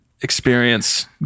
experience